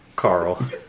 Carl